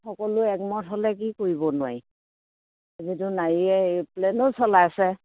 সকলো একমত হ'লে কি কৰিব নোৱাৰি যিহেতু নাৰীয়ে এৰপ্লেনো চলাইছে